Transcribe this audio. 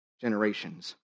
generations